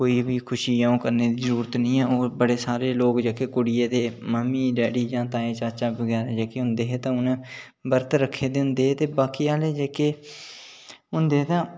कोई बी ओह् खुशी करने दी जरूरत निं ऐ होर बड़े सारे लोग जेह्के कुड़िये दे मम्मी डैडी जां ताऐं चाचा बगैरा जेह्के होंदे ते उ'नें बर्त रक्खे दे होंदे हे ते बाकी आह्ले होंदे तां